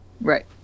Right